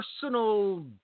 personal